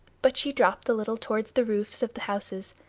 but she dropped a little towards the roofs of the houses,